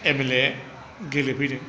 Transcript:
M L A गेलेफैदों